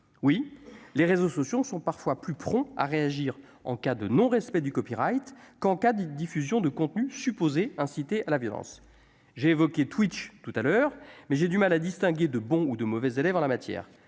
oui, les réseaux sociaux sont parfois plus prompt à réagir en cas de non respect du Copyright qu'en cas, une diffusion de contenu supposé, inciter à la violence, j'ai évoqué tout à l'heure, mais j'ai du mal à distinguer de bons ou de mauvais élèves en la matière,